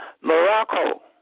Morocco